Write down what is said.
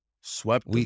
swept